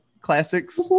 classics